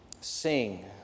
sing